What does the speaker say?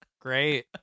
Great